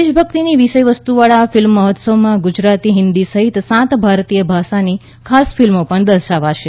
દેશભક્તિની વિષયવસ્તુવાળા આ ફિલ્મ મહોત્સવમાં ગુજરાતી હિંદી સહિત સાત ભારતીય ભાષાની ખાસ ફિલ્મો પણ દર્શાવાશે